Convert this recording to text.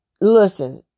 Listen